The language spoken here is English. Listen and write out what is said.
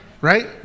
right